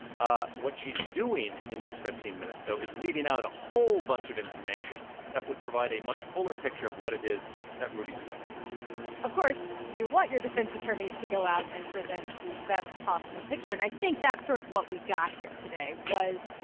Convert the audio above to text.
ah what she's doing in this fifteen minutes, though, is leaving out a whole bunch of information that would provide a much fuller picture of what it is that rudy was up to of course, you want your defense attorneys to go out and present the best possible picture. and i think that's sort of what we got here today was,